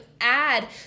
add